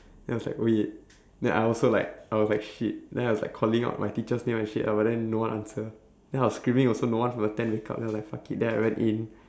then I was like wait then I also like I was like shit then I was like calling out my teacher's name and shit ah but then no one answer then I was screaming also no one from the tent wake up then I was like fuck it then I went in